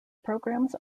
programmes